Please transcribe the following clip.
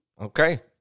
okay